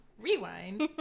Rewind